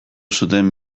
zuten